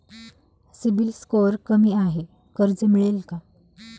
CIBIL score कमी आहे कर्ज मिळेल का?